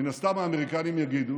מן הסתם האמריקנים יגידו: